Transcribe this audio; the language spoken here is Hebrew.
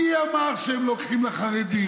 מי אמר שהם לוקחים לחרדים?